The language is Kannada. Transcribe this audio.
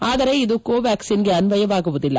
ಆದರೆ ಇದು ಕೋವ್ಯಾಕ್ಷಿನ್ಗೆ ಅನ್ವಯವಾಗುವುದಿಲ್ಲ